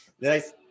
Nice